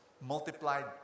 multiplied